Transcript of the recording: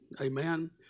Amen